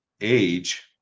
age